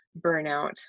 burnout